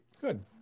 Good